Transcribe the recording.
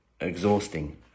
exhausting